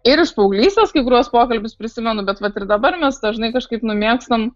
ir iš paauglystės kai kuriuos pokalbius prisimenu bet vat ir dabar mes dažnai kažkaip nu mėgstam